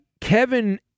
Kevin